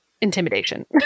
intimidation